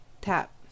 tap